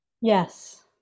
Yes